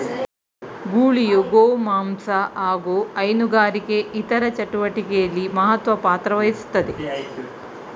ಗೂಳಿಯು ಗೋಮಾಂಸ ಹಾಗು ಹೈನುಗಾರಿಕೆ ಇತರ ಚಟುವಟಿಕೆಲಿ ಮಹತ್ವ ಪಾತ್ರವಹಿಸ್ತದೆ